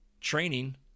Training